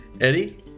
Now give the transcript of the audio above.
Eddie